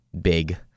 big